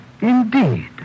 Indeed